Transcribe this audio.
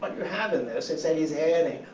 like you have in this, it's that he's adding,